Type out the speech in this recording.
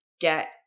get